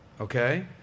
Okay